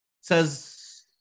says